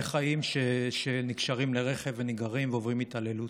חיים שנקשרים לרכב ונגררים ועוברים התעללות.